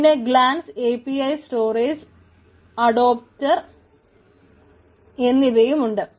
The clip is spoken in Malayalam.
പിന്നെ ഗ്ലാൻസ് API സ്റ്റോറേജ് അഡോപ്റ്റർ എന്നിവയുമുണ്ട്